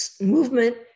movement